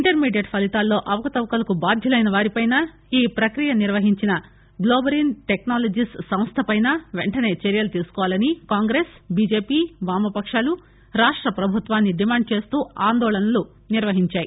intermediate ఫలీతాల్లో అవకతవకలకు బాధ్యులైన వారిపైనా ఈ ప్రక్రియ నిర్వహించిన గ్లోబరిన్ టెక్సాలజీస్ సంస్థపైనా పెంటనే చర్యలు తీసుకోవాలని కాంగ్రెస్ బీజేపీ వామపకాలు రాష్ట ప్రభుత్వాన్ని డిమాండ్ చేస్తూ ఆందోళనలు నిర్వహించాయి